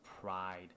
pride